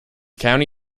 county